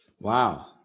Wow